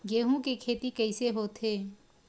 गेहूं के खेती कइसे होथे?